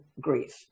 grief